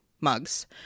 mugs